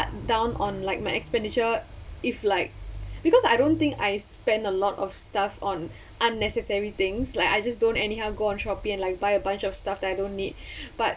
down on like my expenditure if like because I don't think I spend a lot of stuff on unnecessary things like I just don't anyhow go on Shopee and like buy a bunch of stuff that I don't need but